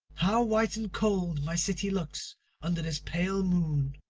how white and cold my city looks under this pale moon!